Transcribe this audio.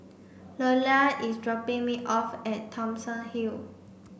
Lelia is dropping me off at Thomson Hill